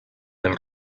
els